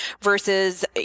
versus